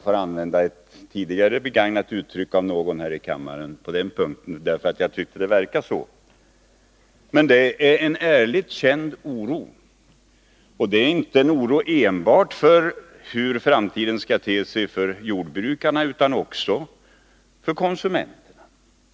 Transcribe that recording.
Men det är en ärligt känd oro, och den oron gäller inte enbart hur framtiden skall te sig för jordbrukarna utan också för konsumenterna.